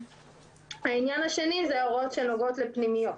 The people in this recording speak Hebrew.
העניין השני הוא הוראות שנוגעות לפנימיות.